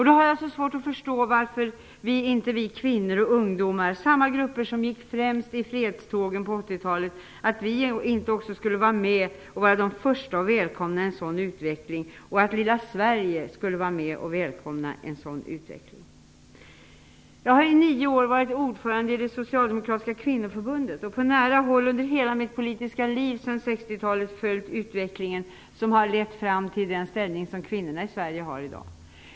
Då har jag så svårt att förstå varför inte vi kvinnor och ungdomar - samma grupper som gick främst i fredstågen på 80-talet - och varför lilla Sverige inte skulle vara de första att välkomna en sådan utveckling. Jag har i nio år varit ordförande i det socialdemokratiska kvinnoförbundet och på nära håll under hela mitt politiska liv, som inleddes under 60 talet, följt utvecklingen som har lett fram till den ställning som kvinnorna i Sverige i dag har.